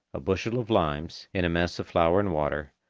a bushel of limes, in a mess of flour and water,